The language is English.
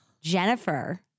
Jennifer